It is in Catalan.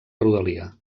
rodalia